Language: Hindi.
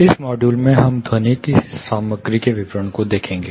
इस मॉड्यूल में हम ध्वनिकी सामग्री के विवरण को देखेंगे